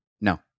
No